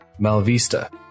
Malvista